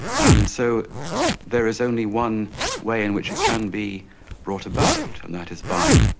and so there is only one way in which it can be brought about, and that is by,